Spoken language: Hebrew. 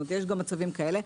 יש גם מצבים כאלה.